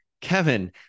Kevin